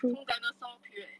从 dinosaur period eh